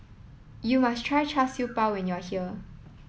you must try Char Siew Bao when you are here